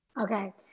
okay